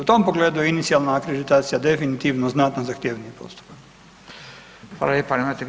U tom pogledu je inicijalna akreditacija definitivno znatno zahtjevniji postupak.